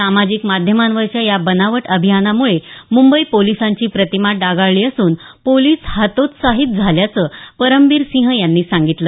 सामाजिक माध्यमांवरच्या या बनावट अभियानामुळे मुंबई पोलिसांची प्रतिमा डागाळली असून पोलिस हतोत्साहित झाल्याचं परमबीरसिंह यांनी सांगितलं